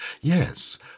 Yes